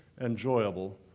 enjoyable